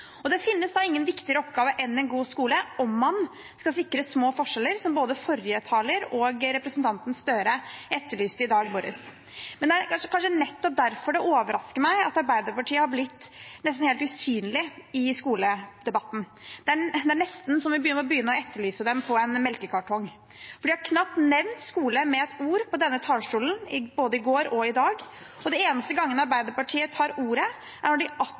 Og det finnes da ingen viktigere oppgave enn en god skole om man skal sikre små forskjeller, som både forrige taler og representanten Gahr Støre etterlyste i dag morges. Det er kanskje nettopp derfor det overrasker meg at Arbeiderpartiet har blitt nesten helt usynlig i skoledebatten – det er nesten så vi må begynne å etterlyse dem på en melkekartong – for de har knapt nevnt skole med ett ord på denne talerstolen, både i går og i dag. Og de eneste gangene Arbeiderpartiet tar ordet, er når de